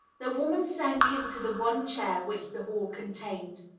the woman sank into the one chair which the hall contained.